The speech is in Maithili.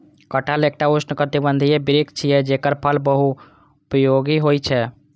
कटहल एकटा उष्णकटिबंधीय वृक्ष छियै, जेकर फल बहुपयोगी होइ छै